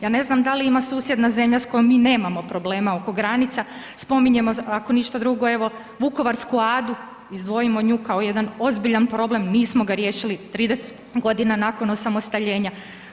Ja ne znam da li ima susjedna zemlja s kojom mi nemamo problema oko granica, spominjemo, ako ništa drugo, evo, Vukovarsku Adu, izdvojimo nju kao jedan ozbiljan problem, nismo ga riješili, 30 godina nakon osamostaljenja.